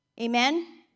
Amen